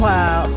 Wow